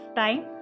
time